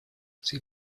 sie